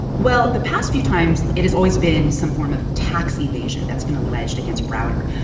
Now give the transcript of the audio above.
well, the past few times, it has always been some form of tax evasion that's been alleged against browder.